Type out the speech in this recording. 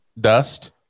dust